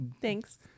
Thanks